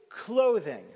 clothing